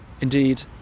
Indeed